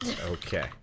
Okay